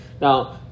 Now